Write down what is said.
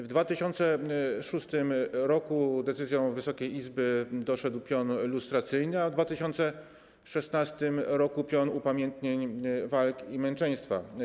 W 2006 r. decyzją Wysokiej Izby doszedł pion lustracyjny, a w 2016 r. - pion upamiętnień walk i męczeństwa.